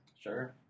Sure